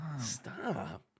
stop